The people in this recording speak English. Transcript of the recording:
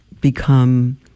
become